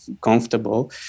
comfortable